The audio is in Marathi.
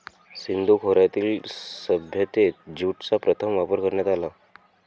सिंधू खोऱ्यातील सभ्यतेत ज्यूटचा प्रथम वापर करण्यात आला